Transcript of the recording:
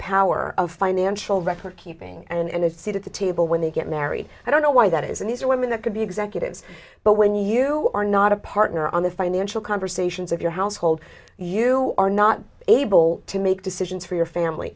power of financial record keeping and sit at the table when they get married i don't know why that is and these are women that could be executives but when you are not a partner on the financial conversations of your household you are not able to make decisions for your family